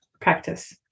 Practice